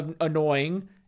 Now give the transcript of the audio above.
annoying